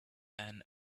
and